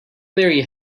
marry